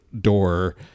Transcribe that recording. door